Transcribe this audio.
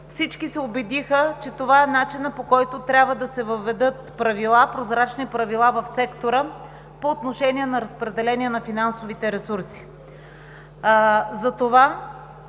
всички се убедиха, че това е начинът, по който трябва да се въведат прозрачни правила в сектора по отношение на разпределение на финансовите ресурси.